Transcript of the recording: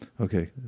Okay